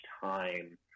time